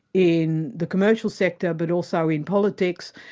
in the commercial sector but also in politics,